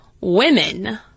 women